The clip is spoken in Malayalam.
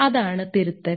അതാണ് തിരുത്തൽ